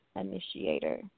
initiator